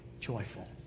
Joyful